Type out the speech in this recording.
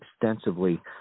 extensively